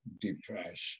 depressed